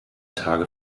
tage